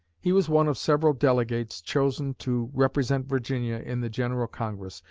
he was one of several delegates chosen to represent virginia in the general congress,